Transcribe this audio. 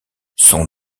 son